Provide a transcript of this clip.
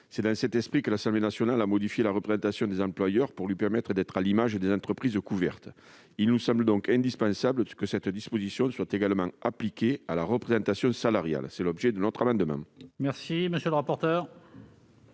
C'est dans cet esprit que l'Assemblée nationale a modifié la représentation des employeurs pour lui permettre d'être à l'image des entreprises couvertes. Il nous semble donc indispensable que cette disposition soit également appliquée à la représentation des salariés. Quel est l'avis de la commission ? Les signataires